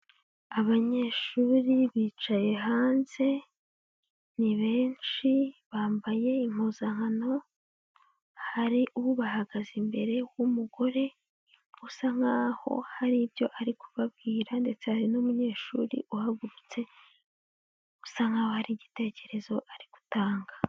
Abanyeshuri bicaye hanze, ni benshi bambaye impuzankano, hari ubahagaze imbere w'umugore, usa nkaho hari ibyo ari kubabwira, ndetse hari n'umunyeshuri uhagurutse, usa nkaho hari igitekerezo ari gutanga.